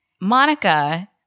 Monica